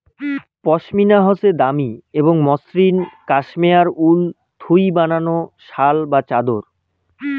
পশমিনা হসে দামি এবং মসৃণ কাশ্মেয়ার উল থুই বানানো শাল বা চাদর